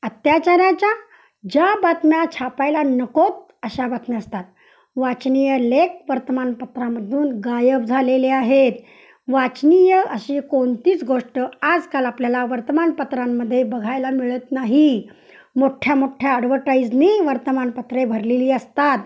अत्याचाराच्या ज्या बातम्या छापायला नकोत अशा बातम्या असतात वाचनीय लेख वर्तमानपत्रामधून गायब झालेले आहेत वाचनीय अशी कोणतीच गोष्ट आजकाल आपल्याला वर्तमानपत्रांमध्ये बघायला मिळत नाही मोठ्या मोठ्ठ्या आडवटाईजनी वर्तमानपत्रे भरलेली असतात